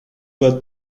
were